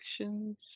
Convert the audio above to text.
actions